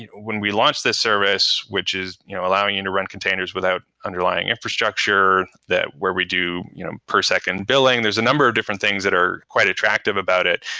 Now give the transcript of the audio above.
when we launched this service, which is your allowing you to run containers without underlying infrastructure, where we do you know per second billing, there's a number of different things that are quite attractive about it.